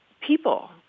people